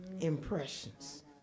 impressions